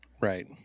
right